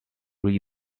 read